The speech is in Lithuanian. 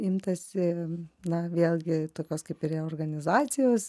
imtasi na vėlgi tokios kaip reorganizacijos